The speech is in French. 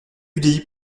udi